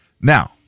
now